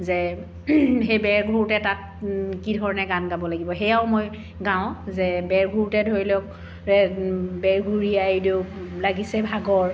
যে সেই বেই ঘূৰোঁতে তাত কি ধৰণে গান গাব লাগিব সেয়াও মই গাওঁ যে বেই ঘূৰোঁতে ধৰি লওক বেই ঘূৰি আইদেউ লাগিছে ভাগৰ